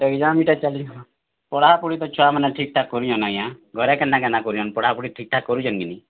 exam ଇ'ଟା ଚାଲ୍ବା ପଢ଼ାପୁଢ଼ି ତ ଛୁଆମାନେ ଠିକ୍ ଠାକ୍ କରୁଛନ୍ ଆଜ୍ଞା ଘରେ କେନ୍ତା କେନ୍ତା କରୁଛନ୍ ପଢ଼ାପଢ଼ି ଠିକ୍ ଠାକ୍ କରୁଛନ୍ କି ନି